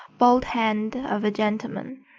bold hand of a gentleman,